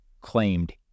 claimed